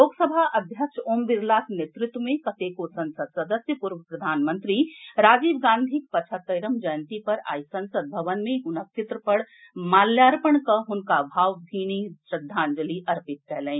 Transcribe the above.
लोकसभा अध्यक्ष ओम बिड़लाक नेतृत्व मे कतेको संसद सदस्य पूर्व प्रधानमंत्री राजीव गांधीक पचहत्तरिम जयंती पर आइ संसद भवन मे हुनक चित्र पर माल्यार्पण कऽ हुनका भावभीनी श्रद्धांजलि अर्पित कयलनि